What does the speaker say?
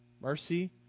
mercy